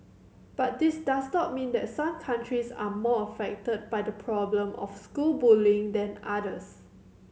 but this does not mean that some countries are more affected by the problem of school bullying than others